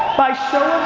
by show